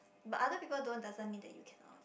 but other people don't doesn't mean that you cannot